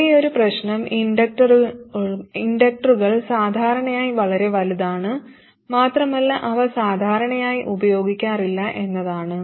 ഒരേയൊരു പ്രശ്നം ഇൻഡക്റ്ററുകൾ സാധാരണയായി വളരെ വലുതാണ് മാത്രമല്ല അവ സാധാരണയായി ഉപയോഗിക്കാറില്ല എന്നതാണ്